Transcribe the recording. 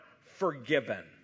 forgiven